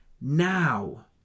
now